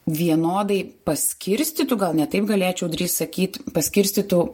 vienodai paskirstytų gal ne taip galėčiau sakyt paskirstytų